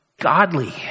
godly